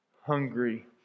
hungry